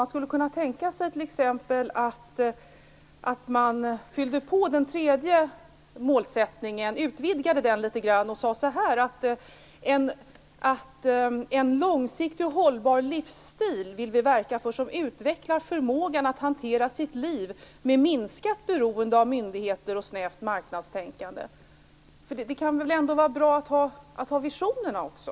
Man skulle t.ex. kunna tänka sig att man fyllde på den tredje målsättningen, utvidgade den litet grand, och sade: En långsiktig och hållbar livsstil vill vi verka för, som utvecklar förmågan att hantera livet med minskat beroende av myndigheter och snävt marknadstänkande. Det kan väl ändå vara bra att ha visionerna också!